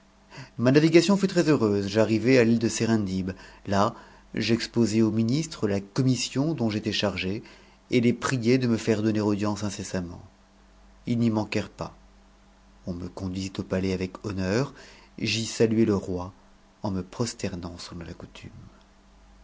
ma navigation fut trèsheureuse j'arrivai à l'île de serendib là j'exposai aux ministres la commission dont j'étais chargé et les priai de me faire donner audience incessamment ils n'y manquèrent pas on me conduisit au palais avec honneur j'y saluai le roi en me prosternant selon la coutume